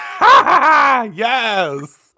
yes